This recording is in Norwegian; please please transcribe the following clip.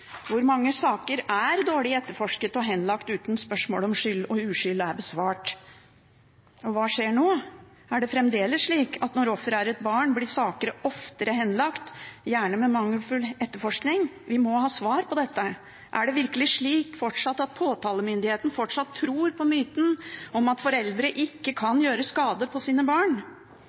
Hvor mange saker er dårlig etterforsket og henlagt uten at spørsmålet om skyld eller uskyld er besvart? Hva skjer nå? Er det fremdeles slik at når offeret er et barn, blir saker oftere henlagt, gjerne med mangelfull etterforskning? Vi må ha svar på dette. Er det virkelig slik at påtalemyndigheten fortsatt tror på myten om at foreldre ikke kan gjøre skade på sine barn?